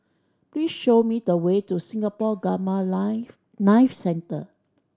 please show me the way to Singapore Gamma Life Knife Centre